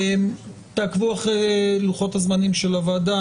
תעקבו אחרי לוחות הזמנים של הוועדה.